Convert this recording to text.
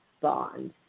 bond